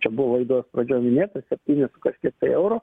čia buvo laidos pradžioj minėta septynis su kažkiek tai euro